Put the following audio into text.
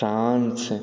France